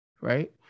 right